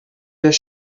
their